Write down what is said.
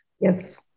Yes